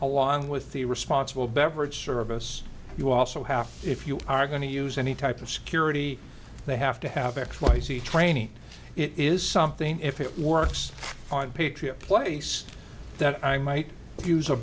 along with the responsible beverage service you also have if you are going to use any type of security they have to have x y z training it is something if it works on patriot place that i might use a